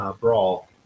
Brawl